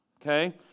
Okay